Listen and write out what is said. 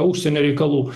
užsienio reikalų